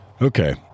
Okay